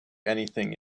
anything